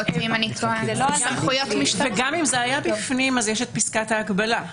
גם אם זה היה בפנים, יש את פסקת ההגבלה.